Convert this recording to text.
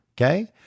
Okay